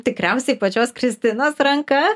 tikriausiai pačios kristinos ranka